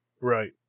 Right